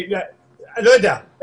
לא יודע,